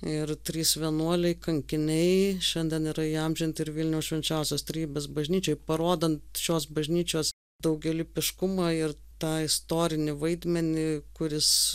ir trys vienuoliai kankiniai šiandien yra įamžinti ir vilniaus švenčiausios trejybės bažnyčioj parodant šios bažnyčios daugialypiškumą ir tą istorinį vaidmenį kuris